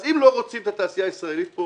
אז אם לא רוצים את התעשייה הישראלית פה